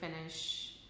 finish